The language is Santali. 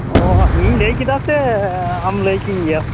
ᱚᱸᱻ ᱤᱧ ᱞᱟᱹᱭ ᱠᱮᱫᱟ ᱥᱮ ᱟᱢ ᱞᱟ ᱭ ᱠᱤᱧ ᱜᱮᱭᱟᱢ